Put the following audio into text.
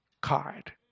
card